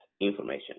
information